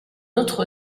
autre